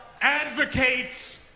advocates